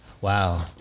Wow